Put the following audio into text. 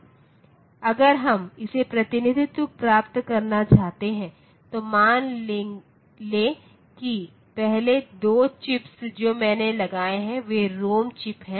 अगर हम इसे प्रतिनिधित्व प्राप्त करना चाहते हैं तो मान लें कि पहले 2 चिप्स जो मैंने लगाए हैं वे रोम चिप्स हैं